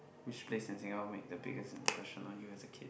which place in Singapore made the biggest impression on you as a kid